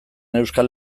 euskal